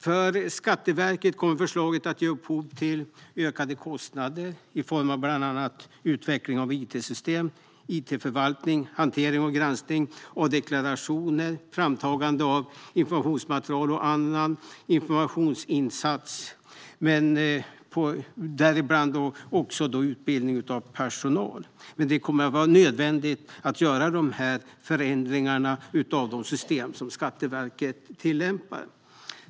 För Skatteverket kommer förslaget att ge upphov till ökade kostnader för bland annat utveckling av it-system, it-förvaltning, hantering och granskning av deklarationer, framtagande av informationsmaterial och andra informationsinsatser samt utbildning av personal. Men det kommer att vara nödvändigt att göra dessa förändringar av de system som Skatteverket tillämpar.